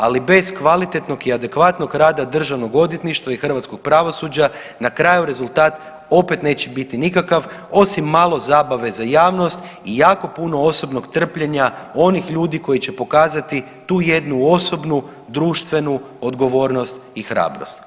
Ali bez kvalitetnog i adekvatnog rada Državnog odvjetništva i hrvatskog pravosuđa na kraju rezultat opet neće biti nikakav osim malo zabave za javnost i jako puno osobnog trpljenja onih ljudi koji će pokazati tu jednu osobnu, društvenu odgovornost i hrabrost.